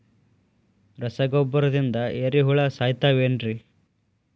ರಸಗೊಬ್ಬರದಿಂದ ಏರಿಹುಳ ಸಾಯತಾವ್ ಏನ್ರಿ?